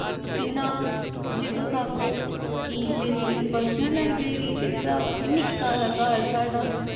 इ'यां जे तुस आक्खो कि मेरी पर्सनल लाईब्रेरी ते भ्रावा निक्का हारा घर साढ़ा